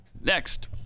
Next